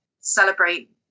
celebrate